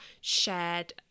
shared